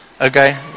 Okay